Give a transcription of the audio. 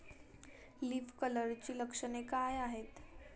Leaf कर्लची लक्षणे काय आहेत?